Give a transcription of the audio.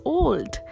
old